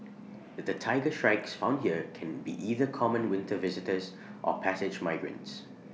the Tiger Shrikes found here can be either common winter visitors or passage migrants